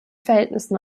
verhältnissen